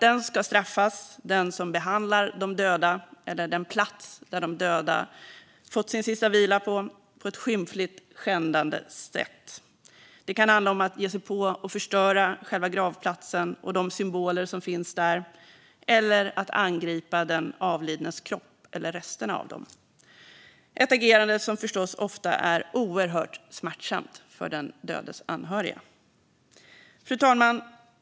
Den som behandlar de döda eller den plats där de döda fått sin sista vila på ett skymfligt, skändande sätt ska straffas. Det kan handla om att ge sig på och förstöra själva gravplatsen och de symboler som finns där eller att angripa den avlidnes kropp eller resterna av den - ett agerande som förstås ofta är oerhört smärtsamt för den dödes anhöriga. Fru talman!